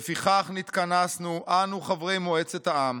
"לפיכך נתכנסנו, אנו חברי מועצת העם,